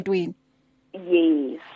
Yes